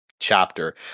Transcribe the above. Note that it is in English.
chapter